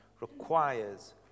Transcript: requires